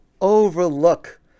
overlook